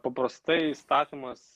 paprastai įstatymas